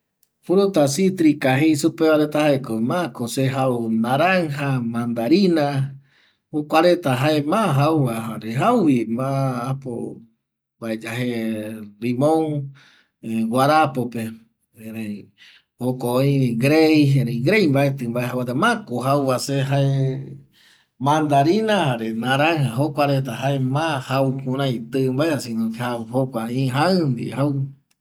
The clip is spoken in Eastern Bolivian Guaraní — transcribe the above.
Fruta citrika jei supeva reta jaeko seko ma jau naranja, mandarina jokua reta jae ma jauva jare jauki kua apo mbaeya je limon guarapope joko öivi grei, erei mbaeti jau mbate mako se jauva mandarina jare naranja jokuareta jae ma jau kuarai tƚ mbae sino ke jaƚndie jau